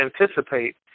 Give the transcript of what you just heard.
anticipate